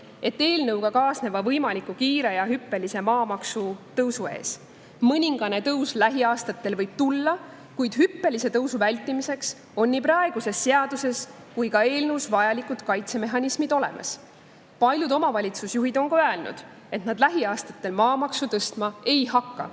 eelnõuga kaasneva võimaliku kiire ja hüppelise maamaksutõusu ees. Mõningane tõus lähiaastatel võib tulla, kuid hüppelise tõusu vältimiseks on nii praeguses seaduses kui ka eelnõus vajalikud kaitsemehhanismid olemas. Paljud omavalitsusjuhid on öelnud, et nad lähiaastatel maamaksu tõstma ei hakka.